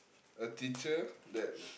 a teacher that